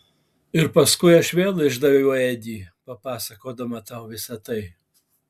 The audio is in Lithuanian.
ir paskui aš vėl išdaviau edį papasakodama tau visa tai